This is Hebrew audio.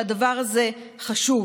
שהדבר הזה חשוב,